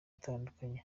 atandukanye